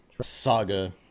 saga